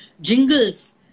jingles